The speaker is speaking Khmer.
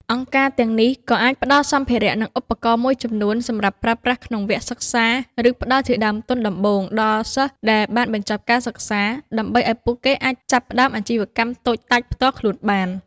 អង្គការទាំងនេះក៏អាចផ្តល់សម្ភារៈ និងឧបករណ៍មួយចំនួនសម្រាប់ប្រើប្រាស់ក្នុងវគ្គសិក្សា ឬផ្តល់ជាដើមទុនដំបូងដល់សិស្សដែលបានបញ្ចប់ការសិក្សា ដើម្បីឱ្យពួកគេអាចចាប់ផ្តើមអាជីវកម្មតូចតាចផ្ទាល់ខ្លួនបាន។